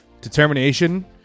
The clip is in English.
determination